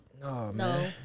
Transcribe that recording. no